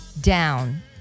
down